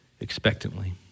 expectantly